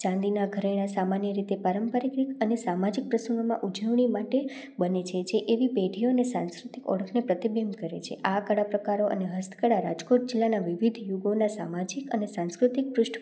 ચાંદીના ઘરેણાં સામાન્ય રીતે પારંપરિક અને સામાજિક પ્રસંગોમાં ઉજવણી માટે બને છે જે એવી પેઢીઓને સાંસ્કૃતિક ઓળખને પ્રતિબિંબ કરે છે આ કળા પ્રકારો અને હસ્તકળાઓ રાજકોટ જિલ્લાના વિવિધ યુગોના સામાજિક અને સાંસ્કૃતિક પૃષ્ઠ